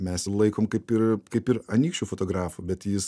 mes jį laikom kaip ir kaip ir anykščių fotografu bet jis